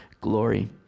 glory